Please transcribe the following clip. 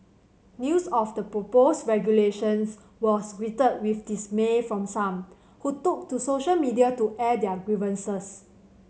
news of the proposed regulations was greeted with dismay from some who took to social media to air their grievances